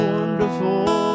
Wonderful